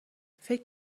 فکر